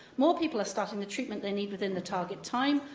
more people are starting the treatment they need within the target time.